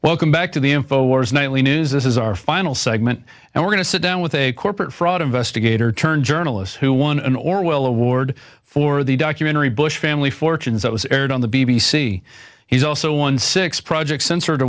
welcome back to the info wars nightly news this is our final segment and we're going to sit down with a corporate fraud investigator turned journalist who won or will award for the documentary bush family fortunes that was aired on the b b c he's also won six projects censored